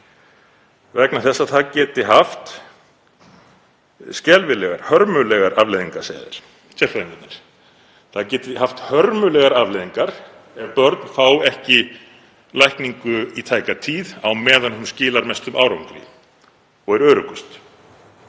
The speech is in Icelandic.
vegna þess að það geti haft skelfilegar, hörmulegar afleiðingar, segja þeir, sérfræðingarnir. Það geti haft hörmulegar afleiðingar ef börn fá ekki lækningu í tæka tíð á meðan hún skilar mestum árangri og er öruggust.